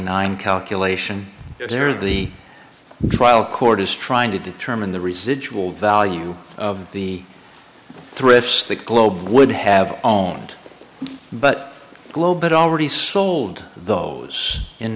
nine calculation of the trial court is trying to determine the residual value of the thrifts the globe would have own but globe it already sold those in